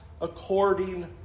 according